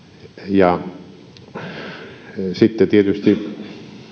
ja tietysti